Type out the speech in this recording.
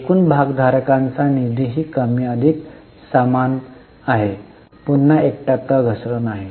एकूण भागधारकांचा निधीही कमी अधिक समान आहे पुन्हा एक टक्का घसरण आहे